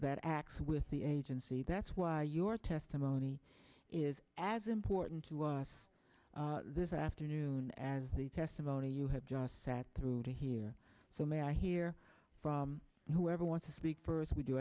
that acts with the agency that's why your testimony is as important to us this afternoon as the testimony you have just sat through to hear so many i hear from whoever wants to speak for us we do